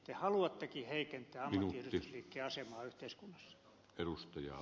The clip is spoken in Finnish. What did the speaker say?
te haluattekin heikentää ammattiyhdistysliikkeen asemaa yhteiskunnassa